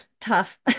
tough